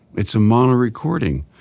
it's a mono recording.